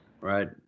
right